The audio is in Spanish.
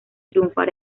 triunfar